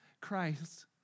Christ